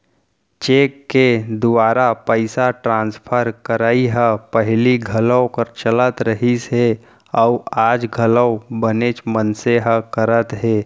cheque के दुवारा पइसा ट्रांसफर करई ह पहिली घलौक चलत रहिस हे अउ आज घलौ बनेच मनसे ह करत हें